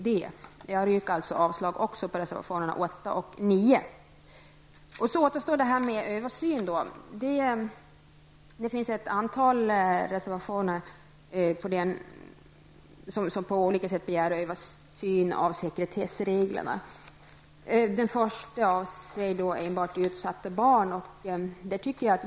Jag yrkar avslag på reservationerna nr 8 och 9. Sedan återstår frågan om en översyn. Det finns ett antal reservationer som på olika sätt begär en översyn av sekretessreglerna. Den första avser enbart utsatta barn.